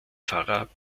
pfarrer